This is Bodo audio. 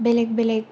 बेलेग बेलेग